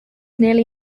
nearly